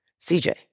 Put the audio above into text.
CJ